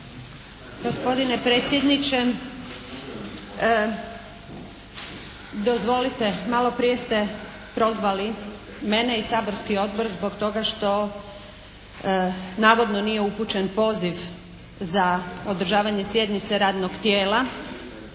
Gospodine predsjedniče. Dozvolite, malo prije ste prozvali mene i saborski odbor zbog toga što navodno nije upućen poziv za održavanje sjednice radnog tijela.